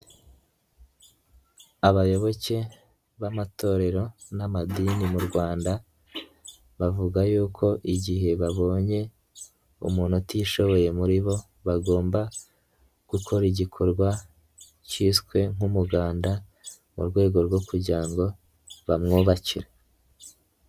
Abayoboke b'amatorero n'amadini mu Rwanda, bavuga yuko igihe babonye umuntu utishoboye muri bo bagomba gukora igikorwa cyiswe nk'umuganda, mu rwego rwo kugira ngo bamwubakire.